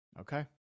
Okay